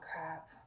crap